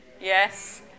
Yes